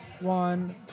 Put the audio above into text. One